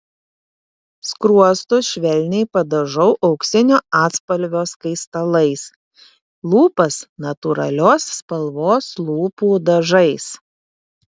skruostus švelniai padažau auksinio atspalvio skaistalais lūpas natūralios spalvos lūpų dažais